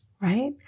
right